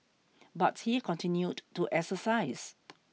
but he continued to exercise